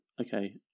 okay